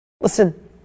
Listen